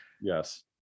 Yes